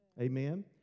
amen